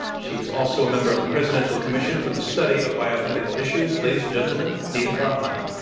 she is also a member of the presidential commission for the study of bioethical issues. ladies and gentlemen, nita faranany.